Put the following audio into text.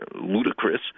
ludicrous